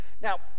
Now